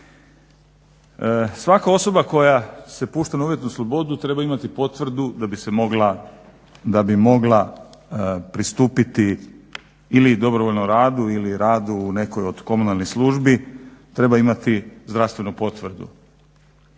Svaka osoba koja se pušta na uvjetnu slobodu treba imati potvrdu da bi mogla pristupiti ili dobrovoljnom radu ili radu u nekoj od komunalnih službi, treba imati zdravstvenu potvrdu.